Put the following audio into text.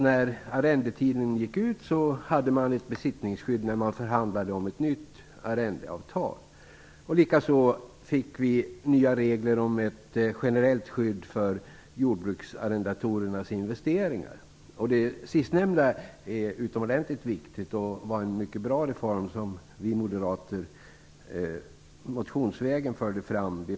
När arrendetiden gick ut hade man ett besittningsskydd när man förhandlade om ett nytt arrendeavtal. Likaså fick vi nya regler om ett generellt skydd för jordbruksarrendatorernas investeringar. Det sistnämnda är utomordentligt viktigt och var en mycket bra reform som vi moderater förde fram motionsvägen vid flera tillfällen.